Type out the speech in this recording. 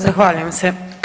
Zahvaljujem se.